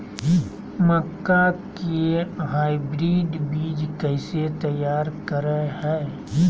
मक्का के हाइब्रिड बीज कैसे तैयार करय हैय?